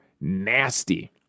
nasty